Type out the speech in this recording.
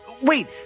Wait